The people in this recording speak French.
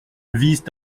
vise